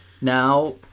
now